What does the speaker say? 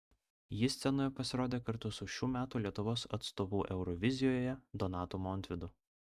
ji scenoje pasirodė kartu su šių metų lietuvos atstovu eurovizijoje donatu montvydu